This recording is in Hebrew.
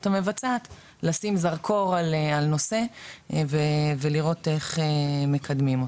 המבצעת 'לשים זרקור' על נושא ולראות איך מקדמים אותו.